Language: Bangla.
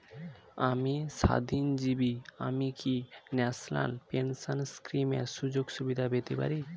আমি স্বাধীনজীবী আমি কি ন্যাশনাল পেনশন স্কিমের সুযোগ সুবিধা পেতে পারি?